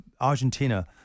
Argentina